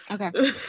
Okay